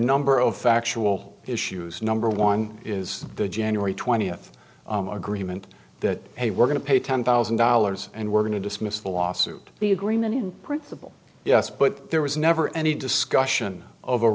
number of factual issues number one is the january twentieth agreement that they were going to pay ten thousand dollars and were going to dismiss the lawsuit the agreement in principle yes but there was never any discussion of a